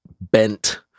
bent